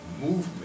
movement